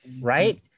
Right